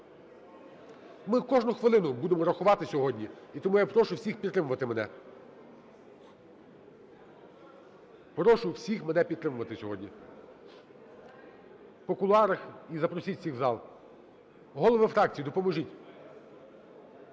Ми кожну хвилину будемо рахувати сьогодні. Тому я прошу всіх підтримувати мене. Прошу всіх мене підтримувати сьогодні. По кулуарах і запросіть всіх в зал, голови фракцій, допоможіть.